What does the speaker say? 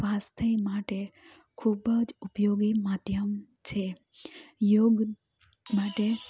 સ્વસ્થય માટે ખૂબ જ ઉપયોગી માધ્યમ છે યોગ માટે